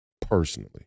personally